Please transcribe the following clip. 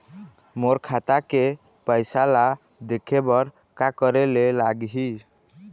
मोर खाता के पैसा ला देखे बर का करे ले लागही?